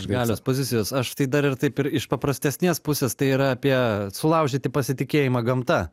iš galios pozicijos aš tai dar ir taip ir iš paprastesnės pusės tai yra apie sulaužyti pasitikėjimą gamta